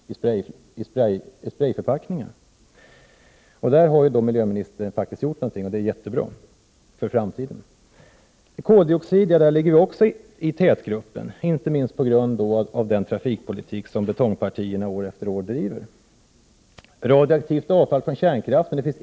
Trots detta ökar konsumtionen, vilket rimligen strider mot den deklaration Sverige har skrivit på. Vi i vårt land bryter lika grovt mot FN:s världsmiljödeklaration som Sydafrika bryter mot FN:s deklaration om de mänskliga rättigheterna.